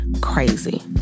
crazy